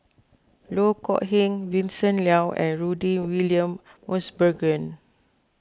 Loh Kok Heng Vincent Leow and Rudy William Mosbergen